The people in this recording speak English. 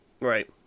Right